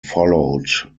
followed